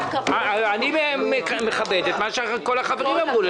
אני מכבד את מה שכל החברים אמרו,